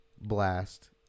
Blast